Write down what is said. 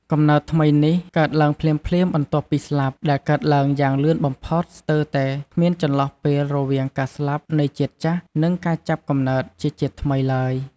កំណើតថ្មីនេះកើតឡើងភ្លាមៗបន្ទាប់ពីស្លាប់ ដែលកើតឡើងយ៉ាងលឿនបំផុត ស្ទើរតែគ្មានចន្លោះពេលរវាងការស្លាប់នៃជាតិចាស់ និងការចាប់កំណើតជាថ្មីឡើយ។